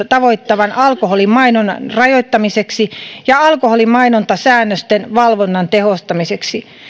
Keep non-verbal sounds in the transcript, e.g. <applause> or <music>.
<unintelligible> tavoittavan alkoholimainonnan rajoittamiseksi ja alkoholimainontasäännösten valvonnan tehostamiseksi